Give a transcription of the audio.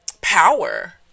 Power